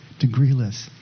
degreeless